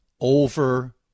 over